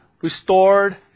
restored